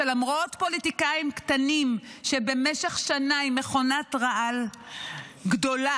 שלמרות פוליטיקאים קטנים שבמשך שנה עם מכונת רעל גדולה,